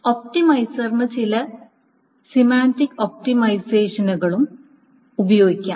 ഒപ്റ്റിമൈസറിന് ചില സെമാന്റിക് ഒപ്റ്റിമൈസേഷനുകളും ഉപയോഗിക്കാം